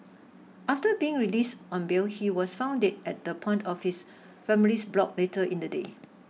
after being released on bail he was found dead at the point of his family's block later in the day